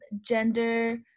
gender